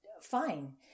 fine